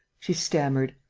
she stammered.